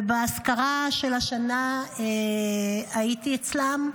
ובאזכרה של השנה הייתי אצלם,